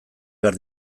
behar